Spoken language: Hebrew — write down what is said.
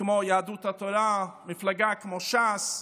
כמו יהדות התורה, מפלגה כמו ש"ס,